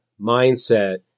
mindset